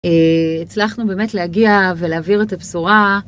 הצלחנו באמת להגיע ולהעביר את הבשורה.